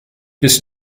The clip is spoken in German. bis